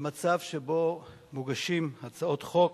למצב שבו מוגשות הצעות חוק